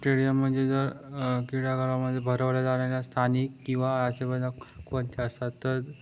stadium म्हणजे जर क्रीडागारामध्ये भरवल्या जाणाऱ्या स्थानिक किंवा कोणत्या असतात तर